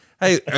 Hey